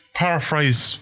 paraphrase